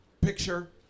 Picture